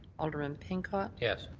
alderman pincott. yeah